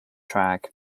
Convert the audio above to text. track